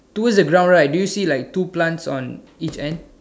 towards the ground right do you see like two plants on each end